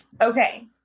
okay